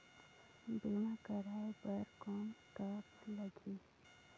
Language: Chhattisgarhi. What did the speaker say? बीमा कराय बर कौन का लगही?